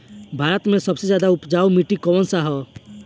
भारत मे सबसे ज्यादा उपजाऊ माटी कउन सा ह?